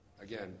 again